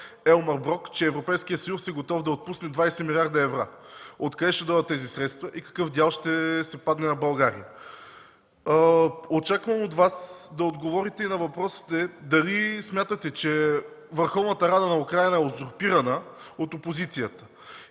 Елмар Брок, че Европейският съюз е готов да отпусне 20 млрд. евро. Откъде ще дойдат тези средства и какъв дял ще се падне на България? Очаквам от Вас да отговорите и на въпросите: смятате ли, че Върховната рада на Украйна е узурпирана от опозицията?